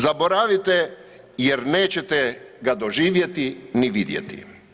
Zaboravite jer nećete ga doživjeti ni vidjeti.